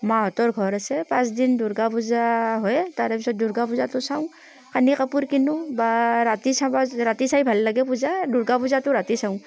মাহঁতৰ ঘৰ আছে পাঁচদিন দুৰ্গা পূজা হয় তাৰ পিছত দুৰ্গা পূজাটো চাওঁ কানি কাপোৰ কিনো বা ৰাতি চাব ৰাতি চাই ভাল লাগে পূজা দুৰ্গা পূজাটো ৰাতি চাওঁ